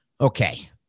Okay